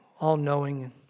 all-knowing